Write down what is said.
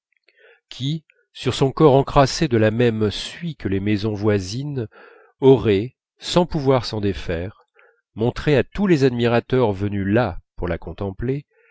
qui sur son corps encrassé de la même suie que les maisons voisines aurait sans pouvoir s'en défaire montré à tous les admirateurs venus là pour la contempler